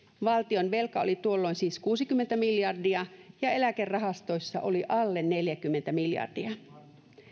valtionvelka oli tuolloin siis kuusikymmentä miljardia ja eläkerahastoissa oli alle neljäkymmentä miljardia